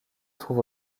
trouve